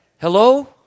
Hello